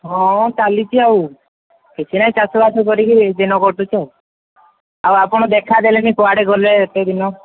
ହଁ ଚାଲିଛି ଆଉ କିଛି ନାହିଁ ଚାଷବାସ କରିକି ଦିନ କଟୁଛି ଆଉ ଆଉ ଆପଣ ଦେଖା ଦେଲେନି କୁଆଡ଼େ ଗଲେ ଏତେ ଦିନ